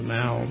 now